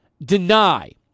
deny